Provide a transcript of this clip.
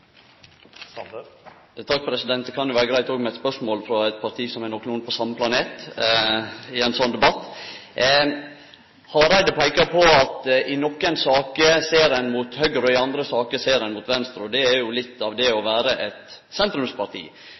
kan vere greitt òg med eit spørsmål frå eit parti som er nokonlunde på same planet i ein slik debatt! Hareide peiker på at i nokre saker ser ein mot høgre, og i andre saker ser ein mot venstre. Det er litt av det å vere eit sentrumsparti.